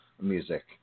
music